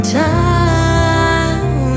time